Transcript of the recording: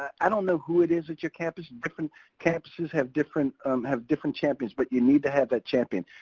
i don't know who it is at your campus. different campuses have different have different champions, but you need to have that champion.